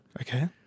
Okay